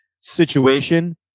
situation